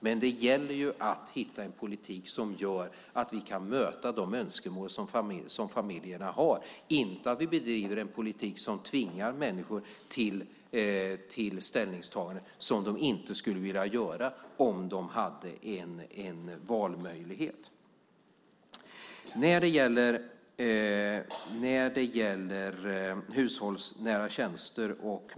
Men det gäller att hitta en politik som gör att vi kan möta de önskemål som familjerna har. Vi ska inte bedriva en politik som tvingar människor till ställningstaganden som de inte skulle göra om de hade en valmöjlighet.